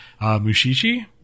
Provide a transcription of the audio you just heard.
Mushishi